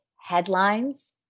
headlines